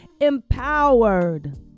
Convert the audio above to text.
empowered